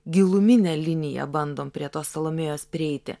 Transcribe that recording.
gilumine linija bandom prie tos salomėjos prieiti